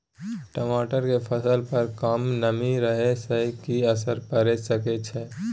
टमाटर के फसल पर कम नमी रहै से कि असर पैर सके छै?